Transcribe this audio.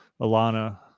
Alana